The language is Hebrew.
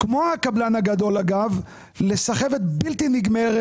כמו הקבלן הגדול, אגב, לסחבת בלתי נגמרת.